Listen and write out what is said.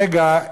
"מגה"